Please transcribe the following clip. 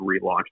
relaunch